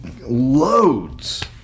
Loads